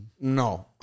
No